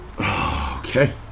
Okay